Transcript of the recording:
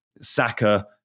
Saka